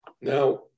Now